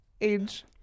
age